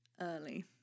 early